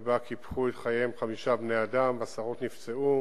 ובה קיפחו את חייהם חמישה בני-אדם ועשרות נפצעו,